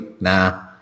nah